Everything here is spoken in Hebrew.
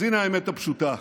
אז הינה האמת הפשוטה: